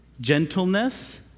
gentleness